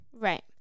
right